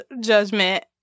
judgment